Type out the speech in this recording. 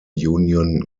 union